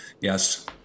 Yes